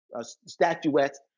statuettes